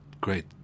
great